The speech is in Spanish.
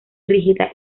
rígida